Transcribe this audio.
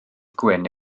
gwyn